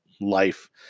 life